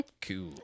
Cool